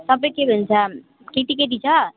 सबै के भन्छ केटी केटी छ